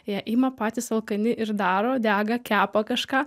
jie ima patys alkani ir daro dega kepa kažką